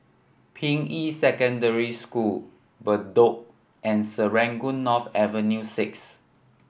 Ping Yi Secondary School Bedok and Serangoon North Avenue Six